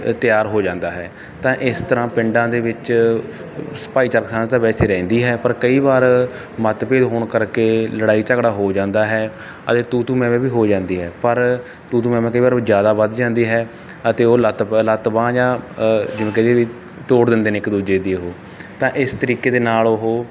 ਤਿਆਰ ਹੋ ਜਾਂਦਾ ਹੈ ਤਾਂ ਇਸ ਤਰ੍ਹਾਂ ਪਿੰਡਾਂ ਦੇ ਵਿੱਚ ਸ ਭਾਈਚਾਰਕ ਸਾਂਝ ਤਾਂ ਵੈਸੇ ਰਹਿੰਦੀ ਹੈ ਪਰ ਕਈ ਵਾਰ ਮਤਭੇਦ ਹੋਣ ਕਰਕੇ ਲੜਾਈ ਝਗੜਾ ਹੋ ਜਾਂਦਾ ਹੈ ਅਤੇ ਤੂੰ ਤੂੰ ਮੈਂ ਮੈਂ ਵੀ ਹੋ ਜਾਂਦੀ ਹੈ ਪਰ ਤੂੰ ਤੂੰ ਮੈਂ ਮੈਂ ਕਈ ਵਾਰ ਜ਼ਿਆਦਾ ਵੱਧ ਜਾਂਦੀ ਹੈ ਅਤੇ ਉਹ ਲੱਤ ਬ ਲੱਤ ਬਾਂਹ ਜਾਂ ਜਿਵੇਂ ਕਹਿ ਦਈਏ ਵੀ ਤੋੜ ਦਿੰਦੇ ਨੇ ਇੱਕ ਦੂਜੇ ਦੀ ਉਹ ਤਾਂ ਇਸ ਤਰੀਕੇ ਦੇ ਨਾਲ ਉਹ